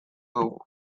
dugu